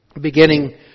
beginning